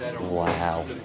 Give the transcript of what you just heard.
Wow